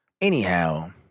Anyhow